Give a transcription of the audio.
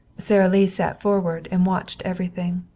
sara lee sat forward and watched everything.